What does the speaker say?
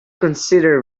consider